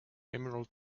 emerald